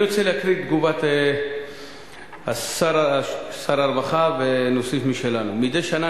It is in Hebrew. אני רוצה לקרוא את תגובת שר הרווחה ולהוסיף משלנו: מדי שנה